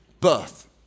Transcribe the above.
birth